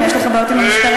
גם יש לך בעיות עם המשטרה?